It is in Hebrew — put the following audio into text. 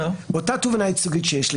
אותה תובענה ייצוגית שיש,